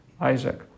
Isaac